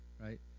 right